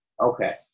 Okay